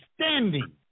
standing